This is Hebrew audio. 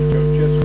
צ'אושסקו.